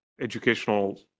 educational